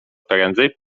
prędzej